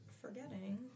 forgetting